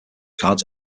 cards